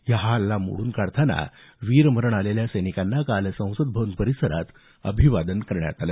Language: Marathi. हा हल्ला मोडून काढताना वीरमरण आलेल्या सैनिकांना काल संसद भवन परिसरात अभिवादन करण्यात आलं